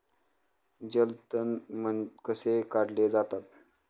जलतण कसे काढले जातात?